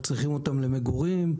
צריכים אותם למגורים,